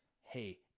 hey